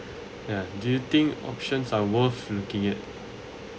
ya do you think options are worth looking at